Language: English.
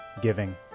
giving